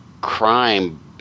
crime